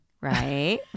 Right